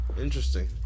interesting